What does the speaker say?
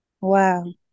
wow